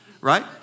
right